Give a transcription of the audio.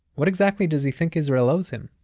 what exactly does he think israel owes him?